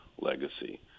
legacy